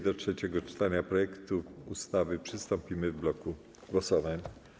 Do trzeciego czytania projektu ustawy przystąpimy w bloku głosowań.